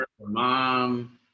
mom